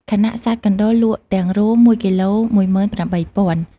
ខណៈសត្វកណ្ដុរលក់ទាំងរោម១គីឡូ ១៨០០០។